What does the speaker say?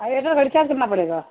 اٹا گڑ چارتنا پڑے گ